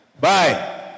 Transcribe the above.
bye